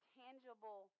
tangible